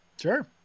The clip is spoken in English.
sure